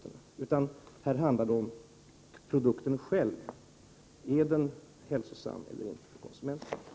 Här handlar avvägningen om själva produkten: Är den hälsosam för konsumenten eller inte?